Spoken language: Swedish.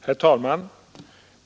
Herr talman!